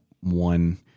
one